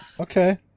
Okay